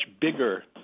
bigger